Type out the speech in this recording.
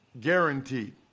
guaranteed